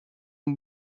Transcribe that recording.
ont